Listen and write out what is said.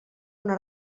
una